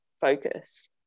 focus